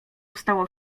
ustało